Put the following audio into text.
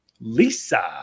Lisa